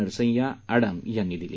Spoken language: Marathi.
नरसय्या आडम यांनी दिली